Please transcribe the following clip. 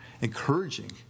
encouraging